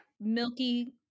milky